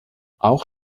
auch